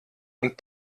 und